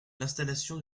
l’installation